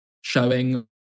showing